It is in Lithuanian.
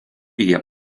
jie